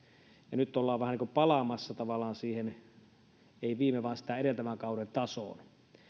ja nyt ollaan palaamassa tavallaan siihen ei viime kauden vaan sitä edeltävän kauden tasoon